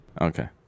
Okay